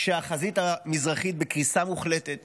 כשהחזית המזרחית בקריסה מוחלטת